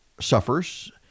suffers